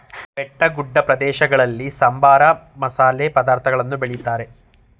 ಬೆಟ್ಟಗುಡ್ಡ ಪ್ರದೇಶಗಳಲ್ಲಿ ಸಾಂಬಾರ, ಮಸಾಲೆ ಪದಾರ್ಥಗಳನ್ನು ಬೆಳಿತಾರೆ